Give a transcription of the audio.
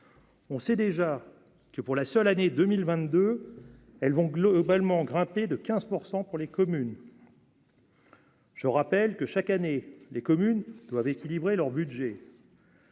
On sait déjà que pour la seule année 2022, elles vont globalement grimpé de 15 % pour les communes. Je rappelle que chaque année les communes doivent équilibrer leur budget.